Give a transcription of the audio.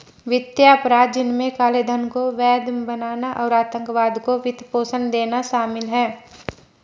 वित्तीय अपराध, जिनमें काले धन को वैध बनाना और आतंकवाद को वित्त पोषण देना शामिल है